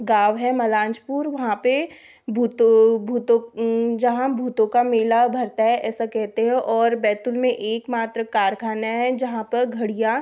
गाँव है मलांजपुर है वहाँ पर भूतो भूतो जहाँ भूतों का मेला उभरता है ऐसा कहते हैं और बैतुल में एक मात्र कारखाना है जहाँ पर घड़ियाँ